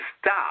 stop